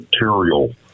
material